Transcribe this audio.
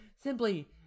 simply